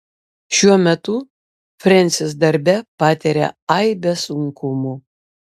šiuo metu frensis darbe patiria aibę sunkumų